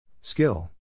Skill